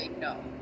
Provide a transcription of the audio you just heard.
no